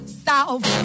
south